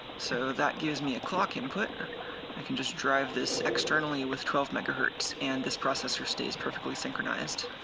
so that gives me a clock input i can just drive this externally with twelve megahertz and this processor stays perfectly synchronized.